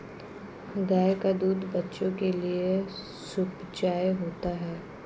गाय का दूध बच्चों के लिए सुपाच्य होता है